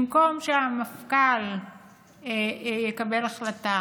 במקום שהמפכ"ל יקבל החלטה